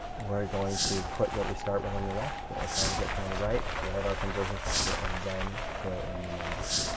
we're going to put what we start with on the left, what we're trying to get to on the right, write our conversion factor, and then fill in the numbers.